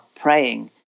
praying